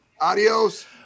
Adios